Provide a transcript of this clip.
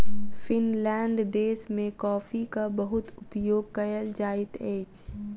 Finland देश में कॉफ़ीक बहुत उपयोग कयल जाइत अछि